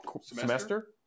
semester